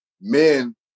men